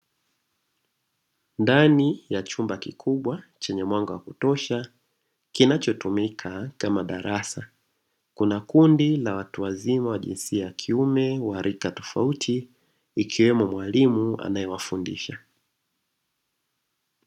Ndani ya chumba kikubwa chenye mwanga wa kutosha kinachotumika kama darasa kuna kundi la watu wazima wa jinsia ya kiume wa rika tofauti ikiwemo mwalimu anaewafundisha.